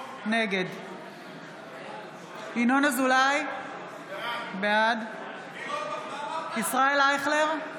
נגד ינון אזולאי, בעד ישראל אייכלר,